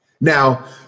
Now